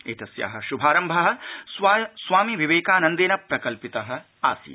एतस्याः शुभारम्भः स्वामि विवेकानन्देन प्रकल्पितः आसीत्